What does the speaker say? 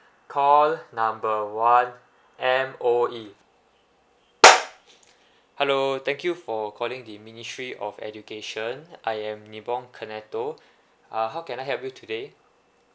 call number one M_O_E hello thank you for calling the ministry of education I am nibong kenetto uh how can I help you today